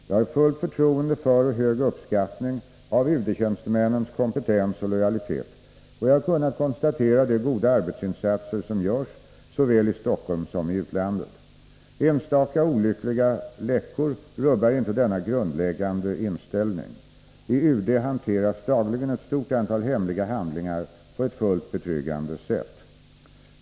Jag har fullt förtroende för och hög uppskattning av UD-tjänstemännens kompetens och lojalitet, och jag har kunnat konstatera de goda arbetsinsatser som görs såväl i Stockholm som i utlandet. Enstaka olyckliga läckor rubbar inte denna grundläggande inställning. I UD hanteras dagligen ett stort antal hemliga handlingar på ett fullt betryggande sätt.